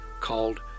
called